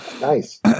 Nice